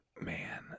man